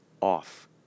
off